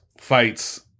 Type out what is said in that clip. fights